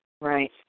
Right